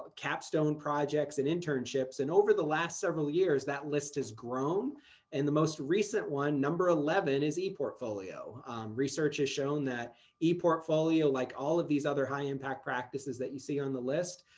capstone projects and internships and over the last several years that list has grown and the most recent one number eleven is eportfolio research has shown that eportfolio like all of these other high impact practices that you see on the list,